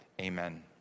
Amen